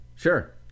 Sure